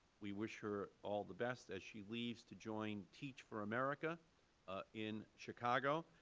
we wish her all the best as she leaves to join teach for america ah in chicago.